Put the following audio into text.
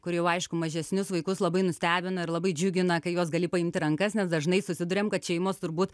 kur jau aišku mažesnius vaikus labai nustebina ir labai džiugina kai juos gali paimt į rankas nes dažnai susiduriam kad šeimos turbūt